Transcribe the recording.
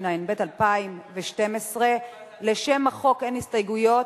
התשע"ב 2012. לשם החוק אין הסתייגויות,